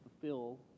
fulfill